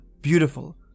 beautiful